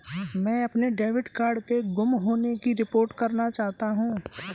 मैं अपने debit card के गुम होने की रिपोर्ट करना चाहता हूँ